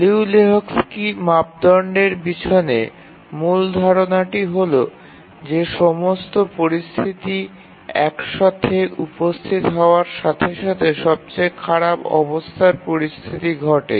Liu এবং লেহোকস্কির মাপদণ্ডের পিছনে মূল ধারণাটি হল যে সমস্ত পরিস্থিতি একসাথে উপস্থিত হওয়ার সাথে সাথে সবচেয়ে খারাপ অবস্থার পরিস্থিতি ঘটে